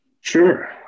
Sure